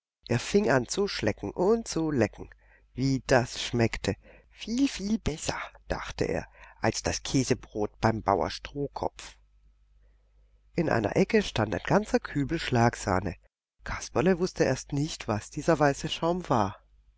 er fing an zu schlecken und zu lecken wie das schmeckte viel viel besser dachte er als das käsebrot beim bauer strohkopf in einer ecke stand ein ganzer kübel schlagsahne kasperle wußte erst nicht was dieser weiße schaum war